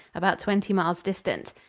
about twenty miles distant.